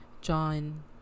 John